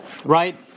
Right